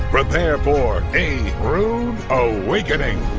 prepare for a rood awakening.